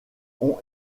ont